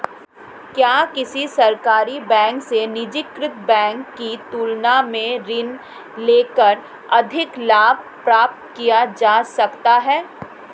क्या किसी सरकारी बैंक से निजीकृत बैंक की तुलना में ऋण लेकर अधिक लाभ प्राप्त किया जा सकता है?